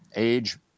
Age